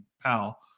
pal